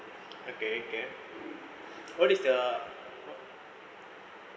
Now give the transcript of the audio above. okay okay what is the